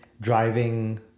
driving